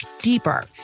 deeper